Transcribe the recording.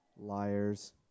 Liars